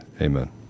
Amen